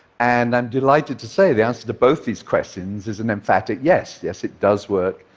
and i'm delighted to say the answer to both these questions is an emphatic yes. yes, it does work,